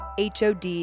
HOD